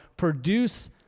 Produce